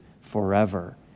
forever